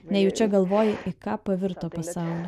nejučia galvoji į ką pavirto pasaulis